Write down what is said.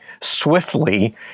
swiftly